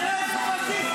תראה איזה פשיסטים.